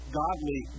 godly